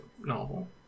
novel